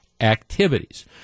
activities